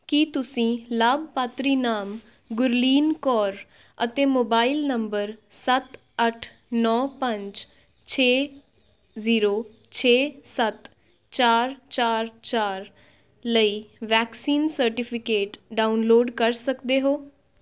ਕੀ ਤੁਸੀਂ ਲਾਭਪਾਤਰੀ ਨਾਮ ਗੁਰਲੀਨ ਕੌਰ ਅਤੇ ਮੋਬਾਇਲ ਨੰਬਰ ਸੱਤ ਅੱਠ ਨੌ ਪੰਜ ਛੇ ਜ਼ੀਰੋ ਛੇ ਸੱਤ ਚਾਰ ਚਾਰ ਚਾਰ ਲਈ ਵੈਕਸੀਨ ਸਰਟੀਫਿਕੇਟ ਡਾਊਨਲੋਡ ਕਰ ਸਕਦੇ ਹੋ